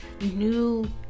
new